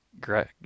Greg